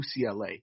UCLA